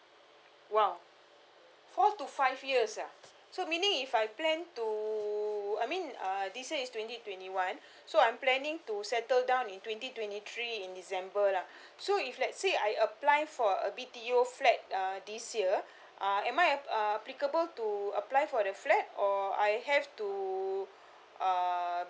!wow! up to five years ah so meaning if I plan to I mean uh this year is twenty twenty one so I'm planning to settle down in twenty twenty three in december lah so if let's say I apply for a B_T_O flat uh this year uh am I uh applicable to apply for the flat or I have to uh